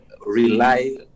rely